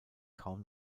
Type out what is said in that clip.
kaum